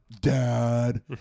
Dad